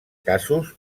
casos